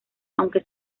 aunque